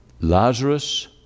lazarus